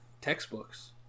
textbooks